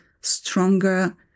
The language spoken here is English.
stronger